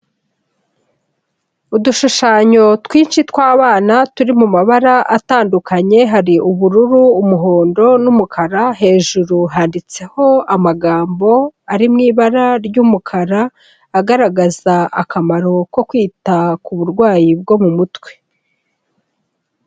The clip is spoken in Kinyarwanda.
Udushushanyo twinshi tw'abana turi mu mabara atandukanye: hari ubururu, umuhondo n'umukara; hejuru handitseho amagambo ari mu ibara ry'umukara, agaragaza akamaro ko kwita ku burwayi bwo mu mutwe.